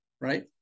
Right